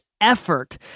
effort